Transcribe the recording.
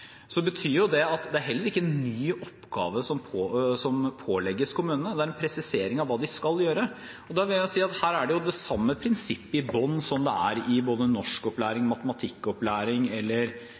betyr at det heller ikke er en ny oppgave som pålegges kommunene, men en presisering av hva de skal gjøre. Da vil jeg si at her er det det samme prinsippet i bunn som det er i norskopplæring, matematikkopplæring eller